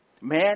Man